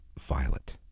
Violet